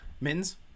Min's